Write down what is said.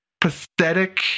pathetic